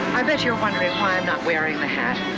i bet you're wondering why i'm not wearing the hat.